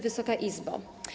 Wysoka Izbo!